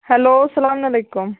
hello سلام وعلیکُم